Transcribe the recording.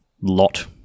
lot